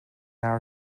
our